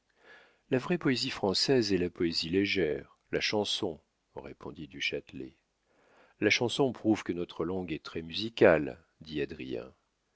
la vraie poésie française est la poésie légère la chanson répondit du châtelet la chanson prouve que notre langue est très musicale dit